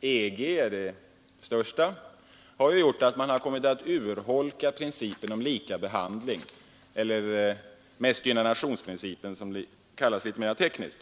EG är det största — har kommit att urholka principen om lika behandling eller mestgynnad-nationsprincipen, som den kallas tekniskt.